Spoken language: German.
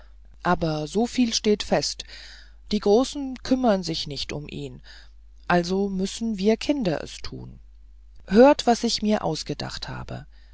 aber soviel steht fest die großen kümmern sich nicht um ihn also müssen wir kinder es tun hört was ich mir ausgedacht habe